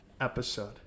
episode